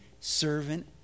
servant